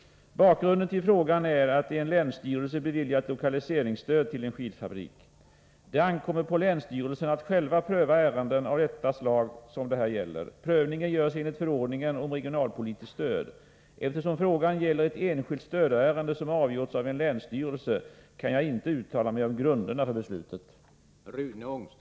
Bakgrunden till frågan är att en länsstyrelse beviljat lokaliseringsstöd till en skidfabrik. Det ankommer på länsstyrelserna att själva pröva ärenden av det slag som det här gäller. Prövningen görs enligt förordningen om regionalpolitiskt stöd. Eftersom frågan gäller ett enskilt stödärende som avgjorts av en länsstyrelse kan jag inte uttala mig om grunderna för beslutet.